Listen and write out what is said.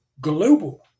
global